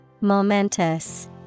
Momentous